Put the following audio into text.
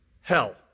Hell